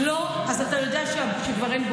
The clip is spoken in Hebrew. זו מדינה דמוקרטית.